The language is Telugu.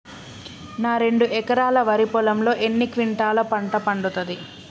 నా రెండు ఎకరాల వరి పొలంలో ఎన్ని క్వింటాలా పంట పండుతది?